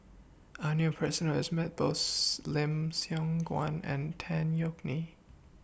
I knew A Person Who has Met Both Lim Siong Guan and Tan Yeok Nee